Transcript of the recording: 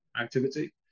activity